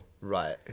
Right